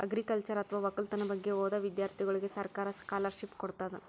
agriculture ಅಥವಾ ವಕ್ಕಲತನ್ ಬಗ್ಗೆ ಓದಾ ವಿಧ್ಯರ್ಥಿಗೋಳಿಗ್ ಸರ್ಕಾರ್ ಸ್ಕಾಲರ್ಷಿಪ್ ಕೊಡ್ತದ್